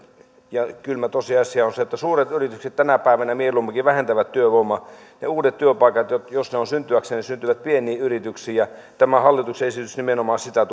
ja kylmä tosiasia on se että suuret yritykset tänä päivänä mieluumminkin vähentävät työvoimaa ja uudet työpaikat jos ne ovat syntyäkseen syntyvät pieniin yrityksiin tämä hallituksen esitys nimenomaan sitä